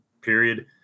period